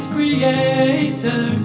Creator